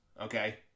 Okay